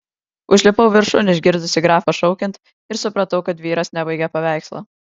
užlipau viršun išgirdusi grafą šaukiant ir supratau kad vyras nebaigė paveikslo